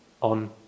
on